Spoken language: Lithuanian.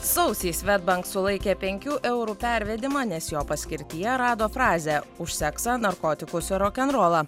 sausį svedbank sulaikė penkių eurų pervedimą nes jo paskirtyje rado frazę už seksą narkotikus ir rokenrolą